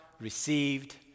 received